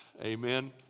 Amen